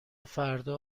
فردا